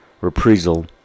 reprisal